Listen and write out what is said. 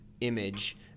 image